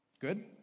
Good